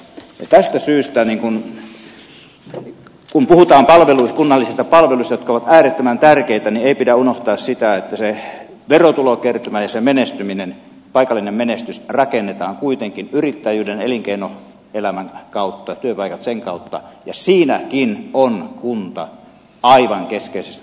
tästä syystä kun puhutaan kunnallisista palveluista jotka ovat äärettömän tärkeitä ei pidä unohtaa sitä että se verotulokertymä ja se menestyminen paikallinen menestys rakennetaan kuitenkin yrittäjyyden elinkeinoelämän kautta työpaikat sen kautta ja siinäkin on kunta aivan keskeinen toimija